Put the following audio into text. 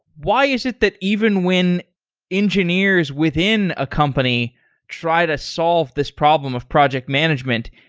why is it that even when engineers within a company try to solve this problem of project management,